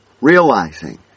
realizing